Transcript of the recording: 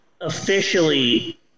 officially